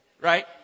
Right